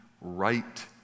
right